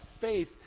faith